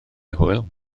hwyl